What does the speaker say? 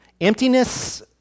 Emptiness